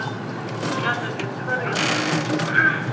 اَچھا اَچھا کیٛاہ دٔلیٖل خٲرٕے اوسا